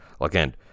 Again